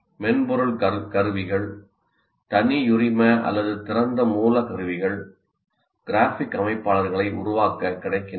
மென்பொருள் கருவிகள் தனியுரிம அல்லது திறந்த மூல கருவிகள் கிராஃபிக் அமைப்பாளர்களை உருவாக்க கிடைக்கின்றன